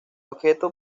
objeto